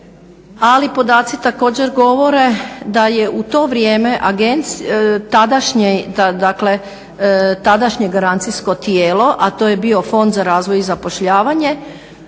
Ali podaci također govore da je u to vrijeme tadašnje dakle tadašnje garancijsko tijelo a to je bio Fond za razvoj i zapošljavanje